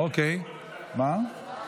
בסדר גמור.